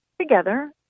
together